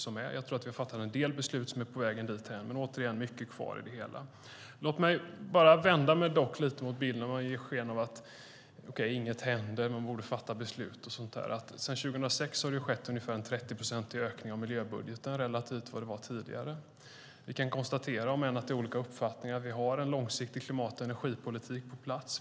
Vi har fattat en del beslut på vägen dit, men det finns mycket kvar. Jag vänder mig dock mot att man ger sken av att inget händer och att beslut måste fattas. Sedan 2006 har miljöbudgeten ökat med 30 procent relativt vad den var tidigare. Vi kan konstatera att det finns olika uppfattningar, men det finns en långsiktig klimat och energipolitik på plats.